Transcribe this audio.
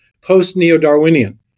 post-neo-Darwinian